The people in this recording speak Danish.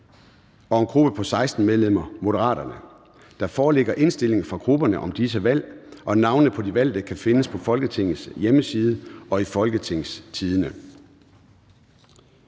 og en gruppe på 16 medlemmer: Moderaterne. Der foreligger indstilling fra grupperne om disse valg. Navnene på de valgte kan findes på Folketingets hjemmeside og www.folketingstidende.dk